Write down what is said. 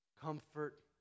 comfort